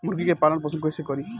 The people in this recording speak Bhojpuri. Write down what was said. मुर्गी के पालन पोषण कैसे करी?